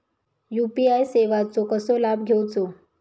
UPI सेवाचो कसो लाभ घेवचो?